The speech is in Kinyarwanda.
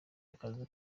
akazi